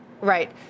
Right